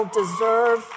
deserve